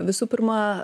visų pirma